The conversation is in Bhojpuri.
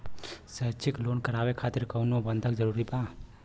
शैक्षणिक लोन करावे खातिर कउनो बंधक जरूरी बा?